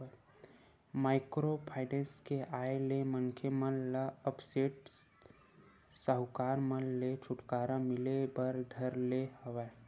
micro finance के आय ले मनखे मन ल अब सेठ साहूकार मन ले छूटकारा मिले बर धर ले हवय